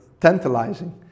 tantalizing